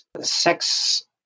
sex